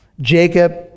Jacob